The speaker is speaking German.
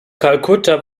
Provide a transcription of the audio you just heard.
kalkutta